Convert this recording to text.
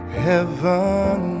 heaven